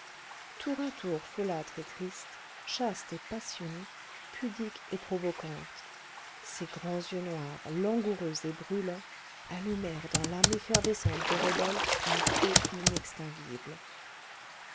tour à tour folâtre et triste chaste et passionnée pudique et provocante ses grands yeux noirs langoureux et brûlants allumèrent dans l'âme effervescente de rodolphe un feu inextinguible